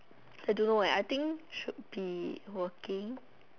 I don't know eh I think should be working